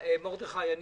מרדכי,